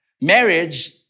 Marriage